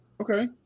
Okay